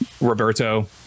Roberto